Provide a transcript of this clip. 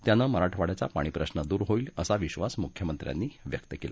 त्यानं मराठवाङ्याचा पाणी प्रश्न दूर होईल असा विश्वास मुख्यमंत्र्यांनी व्यक्त केला